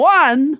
one